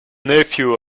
nephew